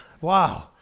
Wow